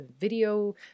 video